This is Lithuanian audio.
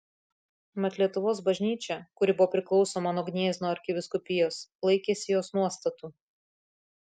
mat lietuvos bažnyčia kuri buvo priklausoma nuo gniezno arkivyskupijos laikėsi jos nuostatų